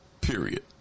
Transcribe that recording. Period